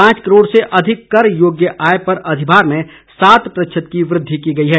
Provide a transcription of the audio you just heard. पांच करोड़ से अधिक कर योग्य आय पर अधिभार में सात प्रतिशत की वृद्धि की गई है